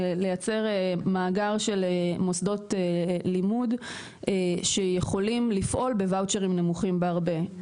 לייצר מאגר של מוסדות לימוד שיכולים לפעול בוואוצ'רים נמוכים בהרבה,